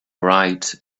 bright